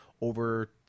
over